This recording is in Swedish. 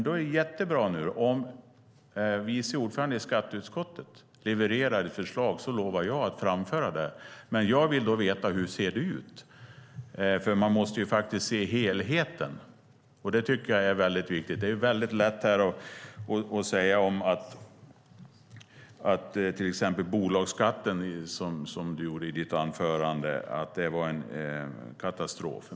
Då är det jättebra om vice ordföranden i skatteutskottet nu levererar ett förslag. Då lovar jag att framföra det. Men jag vill veta hur det ser ut. Man måste ju se helheten - det tycker jag är viktigt. Det är lätt att säga, som du gjorde i ditt anförande, att till exempel bolagsskatten var en katastrof.